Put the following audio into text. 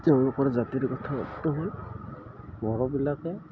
তেওঁলোকৰ জাতিৰ কথাটো হ'ল বড়োবিলাকে